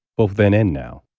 both then and now.